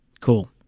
Cool